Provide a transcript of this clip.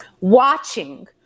watching